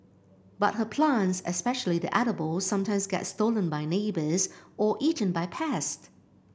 but her plants especially the edibles sometimes get stolen by neighbours or eaten by pests